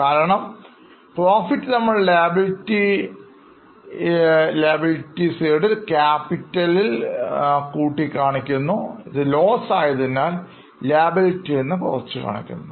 കാരണം Profit നമ്മൾ Liability കൂട്ടി കാണിക്കുന്നു ഇത് Loss ആയതിനാൽ Liability നിന്ന് കുറച്ചു കാണിക്കുന്നു